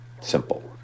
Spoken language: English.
Simple